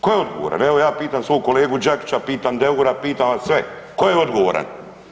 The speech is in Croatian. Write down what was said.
Ko je odgovoran, evo ja pitam svog kolegu Đakića, pitam Deura, pitam vas sve, ko je odgovaran?